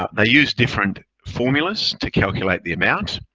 ah they use different formulas to calculate the amount.